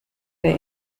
der